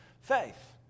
faith